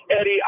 Eddie